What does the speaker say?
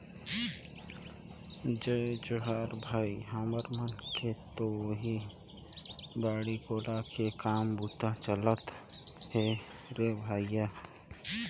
जय जोहार भाई, हमर मन के तो ओहीं बाड़ी कोला के काम बूता चलत हे रे भइया